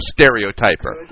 Stereotyper